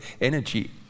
energy